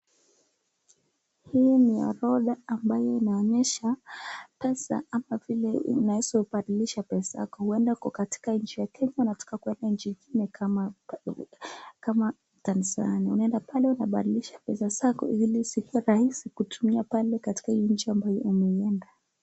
Hii ni orodha ambayo inaonyesha pesa ama vile unaweza badilisha pesa yako, uenda uko katika nchi ya kenya unataka kuenda nchi nyingine kama Tanzania. Unaende pale unabadilisha pesa zako iliikuwe rahisi kutumia pale katika nchi ambaye umeenda.